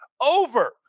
Over